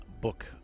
book